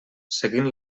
seguint